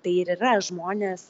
tai ir yra žmonės